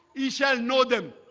you shall know them